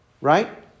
Right